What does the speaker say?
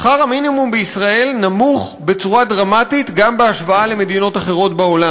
שכר המינימום בישראל נמוך בצורה דרמטית גם בהשוואה למדינות אחרות בעולם.